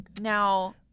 Now